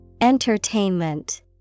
Entertainment